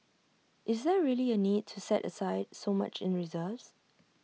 is there really A need to set aside so much in reserves